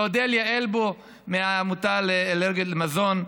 לאודליה אלבו מהעמותה לאלרגיות למזון,